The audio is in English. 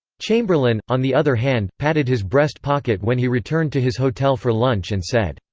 chamberlain, on the other hand, patted his breast pocket when he returned to his hotel for lunch and said,